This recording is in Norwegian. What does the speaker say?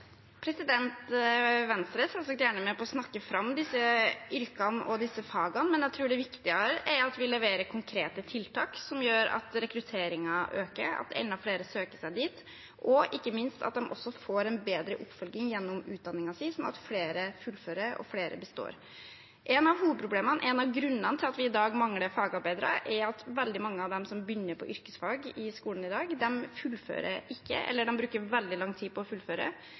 Venstre er selvsagt gjerne med på å snakke fram disse yrkene og disse fagene, men jeg tror det er viktigere at vi leverer konkrete tiltak som gjør at rekrutteringen øker, at enda flere søker seg dit, og ikke minst at de også får en bedre oppfølging gjennom utdanningen sin, sånn at flere fullfører og består. Et av hovedproblemene, en av grunnene til at vi i dag mangler fagarbeidere, er at veldig mange av dem som begynner på yrkesfag i skolen i dag, ikke fullfører, eller de bruker veldig lang tid på å fullføre.